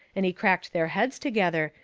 and he cracked their heads together,